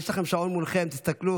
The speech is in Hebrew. יש לכם שעון מולכם, תסתכלו.